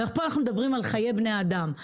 פה אנחנו מדברים על חיי בני אדם.